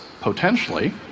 potentially